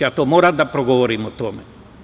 Ja moram da progovorim o tome.